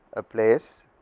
place